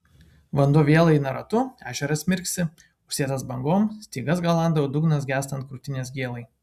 vanduo vėl eina ratu ežeras mirksi užsėtas bangom stygas galanda dugnas gęstant krūtinės gėlai